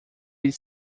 eles